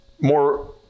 more